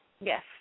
Yes